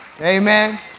Amen